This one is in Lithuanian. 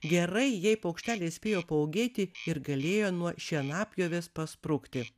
gerai jei paukšteliai spėjo paūgėti ir galėjo nuo šienapjovės pasprukti